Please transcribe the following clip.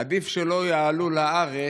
עדיף שלא יעלו לארץ,